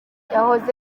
yahoze